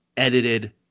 Edited